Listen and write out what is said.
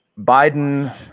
Biden